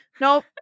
Nope